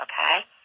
okay